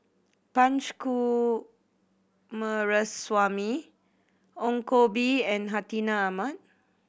Punch Coomaraswamy Ong Koh Bee and Hartinah Ahmad